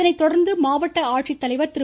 இதனைத்தொடா்ந்து மாவட்ட ஆட்சித்தலைவா் திரு